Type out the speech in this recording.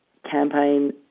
Campaign